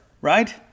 right